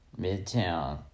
midtown